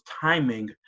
timing